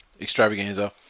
extravaganza